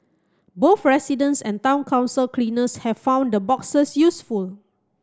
both residents and town council cleaners have found the boxes useful